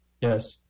Yes